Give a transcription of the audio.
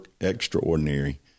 extraordinary